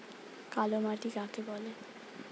কালোমাটি কাকে বলে?